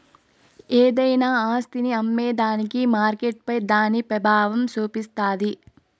ఏదైనా ఆస్తిని అమ్మేదానికి మార్కెట్పై దాని పెబావం సూపిస్తాది